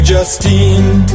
Justine